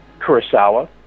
Kurosawa